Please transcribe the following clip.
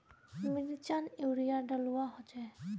मिर्चान यूरिया डलुआ होचे?